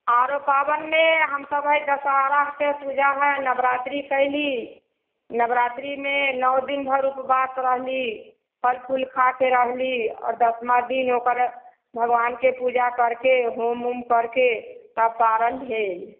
आरो पाबनिमे हमसभ हय दशहराके पूजा हय नवरात्रि कएली नवरात्रिमे नओ दिन भर उपवास रहली फल फूल खाके रहली आओर दशमा दिन ओकर भगवानके पूजा करके होम ऊम करके तब पारण भेल